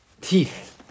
teeth